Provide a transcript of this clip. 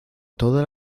todas